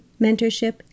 mentorship